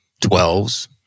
twelves